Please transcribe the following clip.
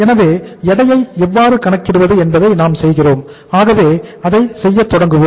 எனவே எடையை எவ்வாறு கணக்கிடுவது என்பதை நாம் செய்கிறோம் ஆகவே அதை செய்யத் தொடங்குவோம்